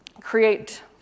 create